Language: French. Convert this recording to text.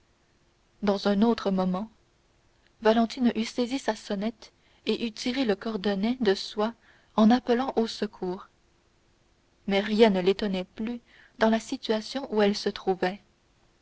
dans un autre moment valentine eût saisi sa sonnette et eût tiré le cordonnet de soie en appelant au secours mais rien ne l'étonnait plus dans la situation où elle se trouvait